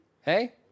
Hey